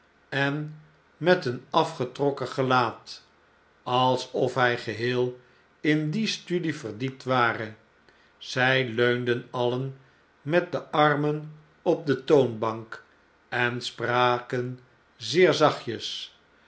en met een afgetrokktn gelaat alsof hij geheel in die studie verdiept ware zjj leunden alien met de armen op de toonbank en spraken zeer zachtjes